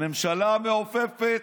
הממשלה המעופפת.